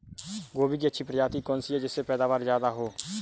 गोभी की अच्छी प्रजाति कौन सी है जिससे पैदावार ज्यादा हो?